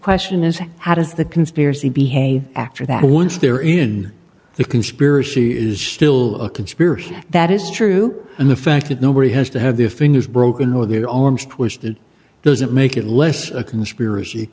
question is how does the conspiracy behave after that once they're in the conspiracy is still a conspiracy that is true and the fact that nobody has to have their fingers broken with was that doesn't make it less a conspiracy